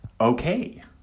okay